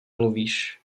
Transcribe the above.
mluvíš